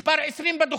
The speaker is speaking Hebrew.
מס' 20 בדוחות,